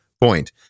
point